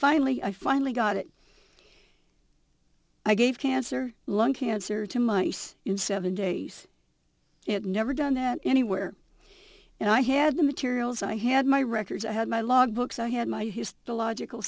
finally i finally got it i gave cancer lung cancer to mice in seven days it never done that anywhere and i had the materials i had my records i had my log books i had my histological